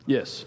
Yes